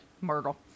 Myrtle